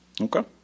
Okay